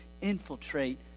infiltrate